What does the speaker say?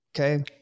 Okay